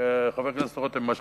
חבר הכנסת רותם, מה שלומך?